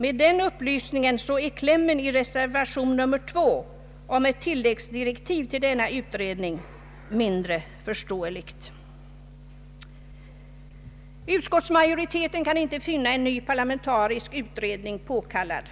Med den upplysningen är klämmen i reservation 1b om ett tilläggsdirektiv till denna utredning mindre förståelig. Utskottsmajoriteten kan inte finna att en ny parlamentarisk utredning är påkallad.